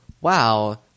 wow